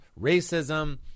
racism